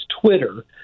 Twitter